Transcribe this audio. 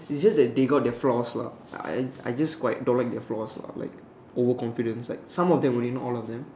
it's just that they got their flaws lah I I just quite don't like their flaws lah like overconfidence like some of them only not all of them